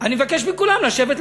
אני מבקש מכולם לשבת,